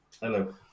hello